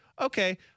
okay